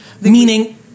Meaning